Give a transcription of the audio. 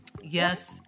Yes